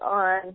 on